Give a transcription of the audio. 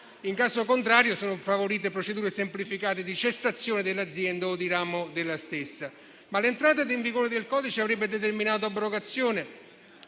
In caso contrario sono favorite procedure semplificate di cessazione dell'azienda o di ramo della stessa. Tuttavia, l'entrata in vigore del codice avrebbe determinato l'abrogazione